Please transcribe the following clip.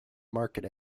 market